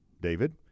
David